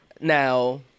now